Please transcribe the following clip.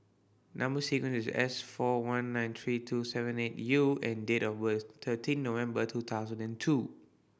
number sequence is S four one nine three two seven eight U and date of birth thirteen November two thousand and two